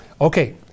Okay